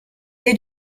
dai